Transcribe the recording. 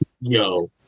Yo